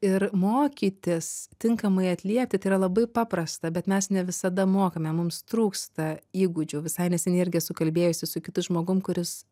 ir mokytis tinkamai atliepti tai yra labai paprasta bet mes ne visada mokame mums trūksta įgūdžių visai neseniai irgi esu kalbėjusi su kitu žmogum kuris